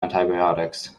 antibiotics